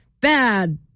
bad